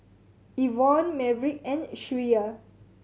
Yvonne Maverick and Shreya